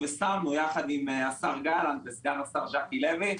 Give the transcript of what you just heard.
ביחד עם השר גלנט ועם סגן השר ג'קי לוי,